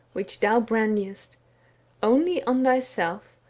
which thou brandishcst only on thyself,